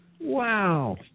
wow